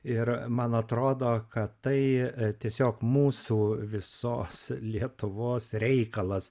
ir man atrodo kad tai tiesiog mūsų visos lietuvos reikalas